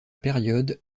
période